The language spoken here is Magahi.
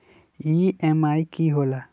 ई.एम.आई की होला?